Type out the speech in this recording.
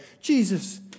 Jesus